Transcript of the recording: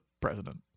president